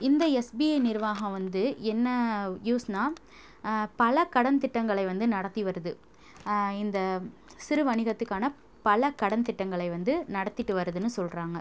இந்த எஸ்பிஏ நிர்வாகம் வந்து என்ன யூஸ்னா பல கடன் திட்டங்களை வந்து நடத்தி வருது இந்த சிறு வணிகத்துக்கான பல கடன் திட்டங்களை வந்து நடத்திகிட்டு வருதுனு சொல்கிறாங்க